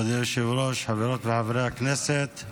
כבוד היושב-ראש, חברות וחברי הכנסת,